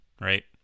right